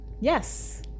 Yes